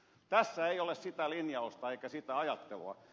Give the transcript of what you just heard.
tässä ei ole sitä linjausta eikä sitä ajattelua